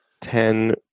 Ten